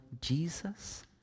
Jesus